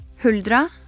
Huldra